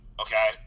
okay